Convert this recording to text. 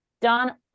Don